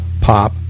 pop